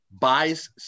buys